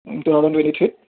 two thousand twenty থ্ৰীত